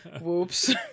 whoops